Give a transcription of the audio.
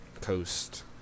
coast